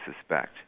suspect